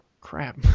crap